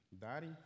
daddy